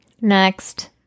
Next